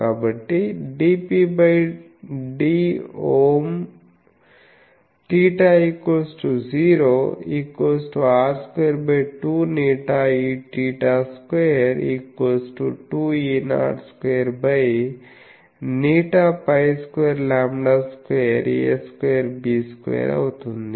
కాబట్టి dPdΩ0Iθ0r22ηEθ22E02ηπ2λ2a2b2 అవుతుంది